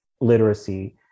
literacy